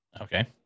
Okay